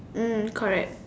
mm correct